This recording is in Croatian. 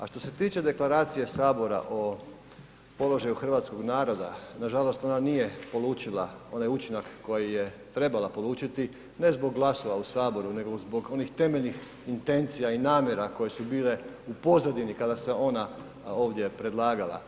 A što se tiče Deklaracije sabora o položaju hrvatskog naroda, nažalost ona nije polučila onaj učinak koji je trebala polučiti ne zbog glasova u Saboru nego zbog onih temeljnih intencija i namjera koje su bile u pozadini kada se ona ovdje predlagala.